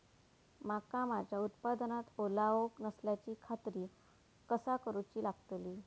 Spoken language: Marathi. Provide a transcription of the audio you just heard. मका माझ्या उत्पादनात ओलावो नसल्याची खात्री कसा करुची लागतली?